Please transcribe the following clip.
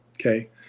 okay